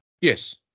Yes